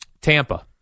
Tampa